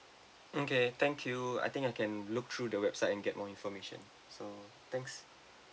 okay thank you I think I can look through the website and get more information so thanks